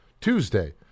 Tuesday